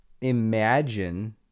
imagine